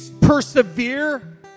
persevere